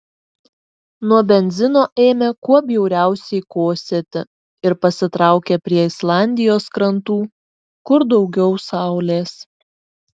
nuo benzino ėmė kuo bjauriausiai kosėti ir pasitraukė prie islandijos krantų kur daugiau saulės